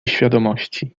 świadomości